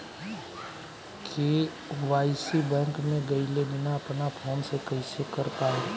KYC bank मे गएले बिना अपना फोन से कइसे कर पाएम?